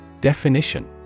Definition